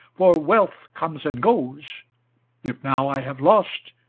for wealth comes and goes if now i have lost,